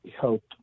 help